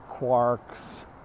quarks